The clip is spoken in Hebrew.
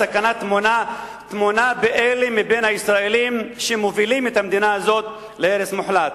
הסכנה טמונה באלה מבין הישראלים שמובילים את המדינה הזאת להרס מוחלט.